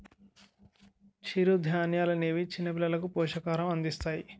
చిరుధాన్యాలనేవి చిన్నపిల్లలకు పోషకాహారం అందిస్తాయి